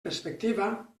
perspectiva